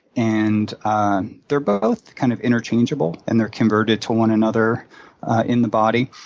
and and they're both kind of interchangeable, and they're converted to one another in the body.